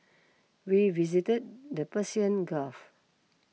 we visited the Persian Gulf